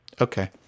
okay